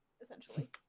Essentially